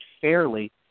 fairly